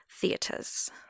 theaters